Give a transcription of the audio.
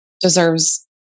deserves